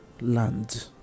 land